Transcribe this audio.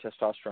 testosterone